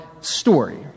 story